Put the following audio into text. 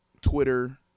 Twitter